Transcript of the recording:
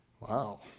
Wow